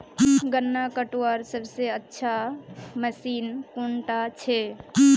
गन्ना कटवार सबसे अच्छा मशीन कुन डा छे?